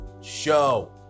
show